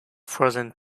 frozen